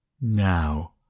now